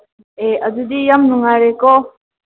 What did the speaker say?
ꯑꯦ ꯑꯗꯨꯗꯤ ꯌꯥꯝ ꯅꯨꯡꯉꯥꯏꯔꯦꯀꯣ